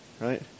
Right